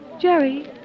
jerry